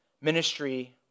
ministry